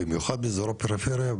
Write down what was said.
במיוחד באזור הפריפריה,